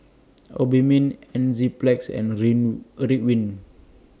Obimin Enzyplex and Win A Ridwind